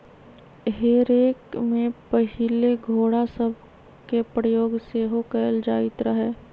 हे रेक में पहिले घोरा सभके प्रयोग सेहो कएल जाइत रहै